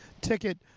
ticket